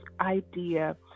idea